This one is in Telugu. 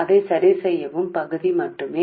అని పరిష్కరించే భాగం మాత్రమే